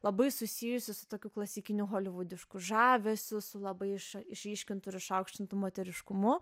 labai susijusi su tokiu klasikiniu holivudišku žavesiu su labai iš išryškintu ir išaukštintu moteriškumu